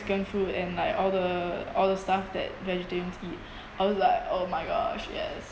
food and like all the all the stuff that vegetarians eat I was like oh my gosh yes